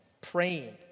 Praying